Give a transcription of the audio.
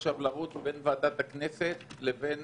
עכשיו צריכים לרוץ בין ועדת הכנסת לבין